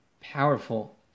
powerful